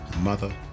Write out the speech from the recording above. mother